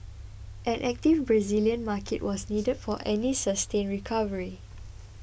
an active Brazilian market was needed for any sustained recovery